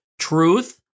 Truth